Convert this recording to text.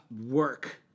work